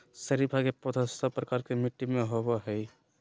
शरीफा के पौधा सब प्रकार के मिट्टी में होवअ हई